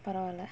பரவால:paravaala